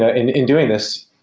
ah in in doing this,